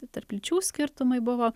tarp lyčių skirtumai buvo